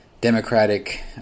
democratic